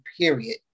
period